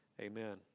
amen